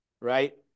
right